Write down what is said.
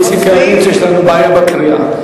איציק העיר שיש לנו בעיה בקריאה.